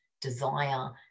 desire